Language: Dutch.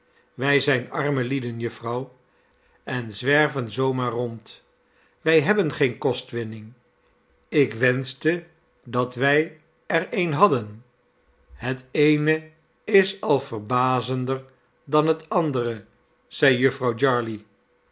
wij zijn arme lieden jufvrouw en zwerven zoo maar rond wij hebben geene kostwinning ik wenschte dat wij er eene hadden het eene is al verbazender dan het andere zeide jufvrouw